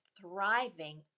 thriving